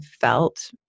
felt